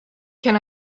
can